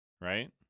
right